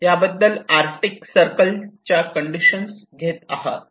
याबद्दल Arctic circle च्या condition घेत आहात